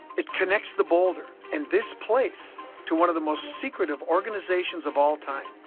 it connects the boulder and this place to one of the most secretive organizations of all time,